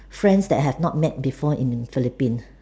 friends that I have not met before in Philippines